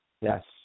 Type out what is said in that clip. Yes